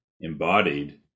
embodied